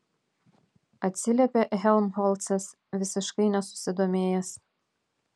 atsiliepė helmholcas visiškai nesusidomėjęs